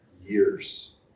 years